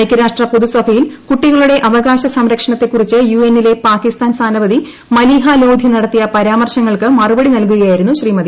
ഐക്യാരാഷ്ട്ര പൊതുസഭയിൽ കുട്ടികളുടെ അവകാശ സംരക്ഷണത്തെക്കുറിച്ച് യുഎന്നിലെ പാകിസ്ഥാൻ സ്ഥാനപതി മലീഹ ലോധി നടത്തിയ പരാമർശങ്ങൾക്ക് മറുപടി നൽകുകയായിരുന്നു ശ്രീമതി